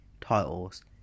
titles